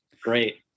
Great